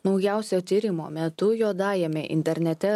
naujausio tyrimo metu juodajame internete